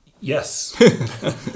Yes